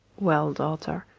well, daughter,